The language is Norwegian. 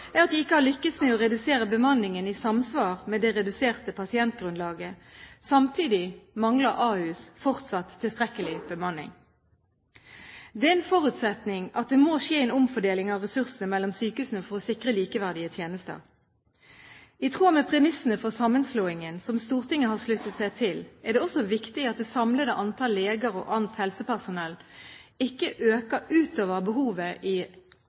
er at de ikke har lyktes med å redusere bemanningen i samsvar med det reduserte pasientgrunnlaget. Samtidig mangler Ahus fortsatt tilstrekkelig bemanning. Det er en forutsetning at det må skje en omfordeling av ressursene mellom sykehusene for å sikre likeverdige tjenester. I tråd med premissene for sammenslåingen, som Stortinget har sluttet seg til, er det også viktig at det samlede antall leger og annet helsepersonell ikke øker utover behovet i